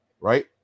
right